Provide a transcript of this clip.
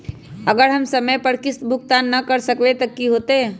अगर हम समय पर किस्त भुकतान न कर सकवै त की होतै?